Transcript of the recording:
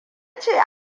ce